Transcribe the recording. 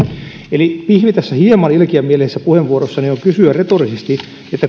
eli pihvi tässä hieman ilkeämielisessä puheenvuorossani on kysyä retorisesti että